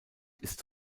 ist